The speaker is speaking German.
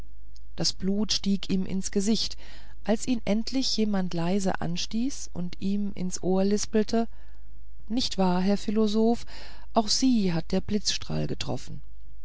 das blut stieg ihm ins gesicht als ihn endlich jemand leise anstieß und ihm ins ohr lispelte nicht wahr herr philosoph auch sie hat der blitzstrahl getroffen